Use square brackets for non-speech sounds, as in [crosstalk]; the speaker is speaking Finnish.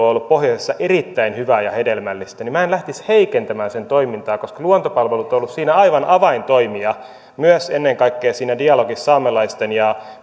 [unintelligible] on ollut pohjoisessa erittäin hyvää ja hedelmällistä niin minä en lähtisi heikentämään sen toimintaa koska luontopalvelut on ollut siinä aivan avaintoimija myös ennen kaikkea siinä dialogissa saamelaisten ja [unintelligible]